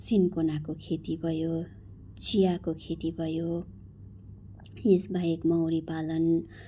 सिन्कोनाको खेती भयो चियाको खेती भयो यसबाहेक मौरी पालन